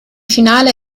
finale